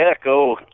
echo